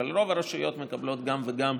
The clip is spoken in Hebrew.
אבל רוב הרשויות מקבלות גם וגם,